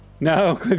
No